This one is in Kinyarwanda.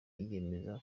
yiyemeza